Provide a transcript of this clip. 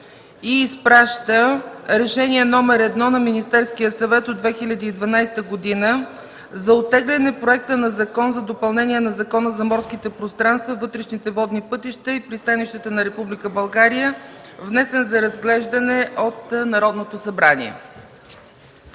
и изпраща Решение № 1 на Министерския съвет от 2013 г. за оттегляне проекта на Закон за допълнение на Закона за морските пространства, вътрешните водни пътища и пристанищата на Република България, внесен за разглеждане от Народното събрание.